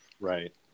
Right